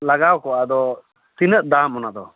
ᱞᱟᱜᱟᱣ ᱠᱚᱜᱼᱟ ᱟᱫᱚ ᱛᱤᱱᱟᱹᱜ ᱫᱟᱢ ᱚᱱᱟᱫᱚ